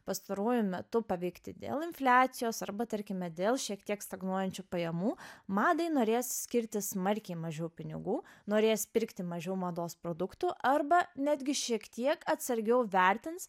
pastaruoju metu paveikti dėl infliacijos arba tarkime dėl šiek tiek stagnuojančių pajamų madai norės skirti smarkiai mažiau pinigų norės pirkti mažiau mados produktų arba netgi šiek tiek atsargiau vertins